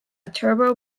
turbo